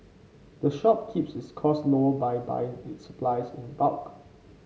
the shop keeps its costs low by buying its supplies in bulk